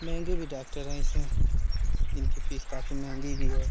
महंगे भी डॉक्टर हैं इस में इनकी फीस काफ़ी महंगी भी है